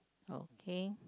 okay